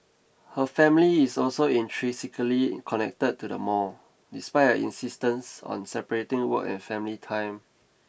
her family is also intrinsically connected to the mall despite her insistence on separating work and family time